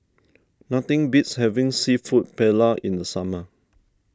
nothing beats having Seafood Paella in the summer